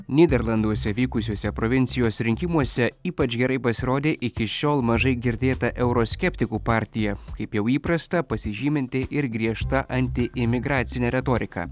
nyderlanduose vykusiuose provincijos rinkimuose ypač gerai pasirodė iki šiol mažai girdėta euroskeptikų partija kaip jau įprasta pasižyminti ir griežta antiimigracine retorika